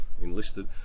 enlisted